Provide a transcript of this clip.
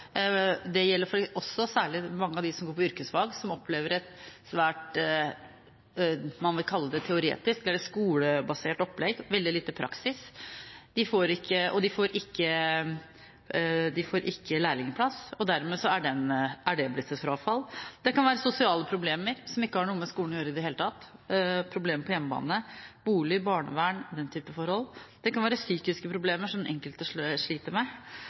Det gjelder også særlig mange av dem som går på yrkesfag, som opplever et svært – mange vil kalle det – teoretisk eller skolebasert opplegg med veldig lite praksis. De får ikke lærlingplass, og dermed er det blitt et frafall. Det kan være sosiale problemer som ikke har noe med skolen å gjøre i det hele tatt – problemer på hjemmebane, bolig, barnevern, den typen forhold. Det kan være psykiske problemer som den enkelte sliter med,